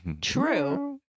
True